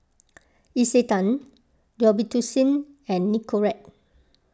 Isetan Robitussin and Nicorette